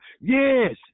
Yes